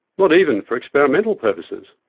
not even for experimental purposes.